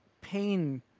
pain